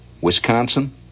Wisconsin